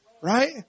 Right